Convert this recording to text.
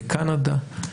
בקנדה,